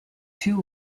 two